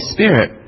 Spirit